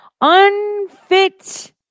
Unfit